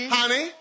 Honey